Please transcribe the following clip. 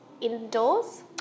indoors